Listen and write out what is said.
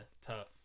tough